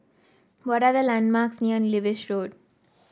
what are the landmarks near Lewis Road